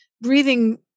breathing